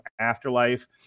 afterlife